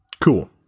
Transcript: Cool